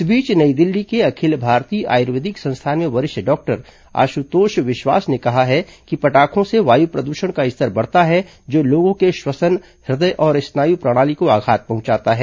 इस बीच नई दिल्ली के अखिल भारतीय आयुर्वेदिक संस्थान में वरिष्ठ डॉक्टर आशुतोष विस्वास ने कहा है कि पटाखों से वायु प्रदूषण का स्तर बढ़ता है जो लोगों के श्वसन हृदय और स्नायु प्रणाली को आघात पहुंचाता है